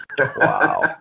wow